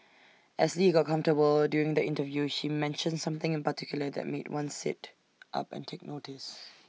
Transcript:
as lee got comfortable during the interview she mentioned something in particular that made one sit up and take notice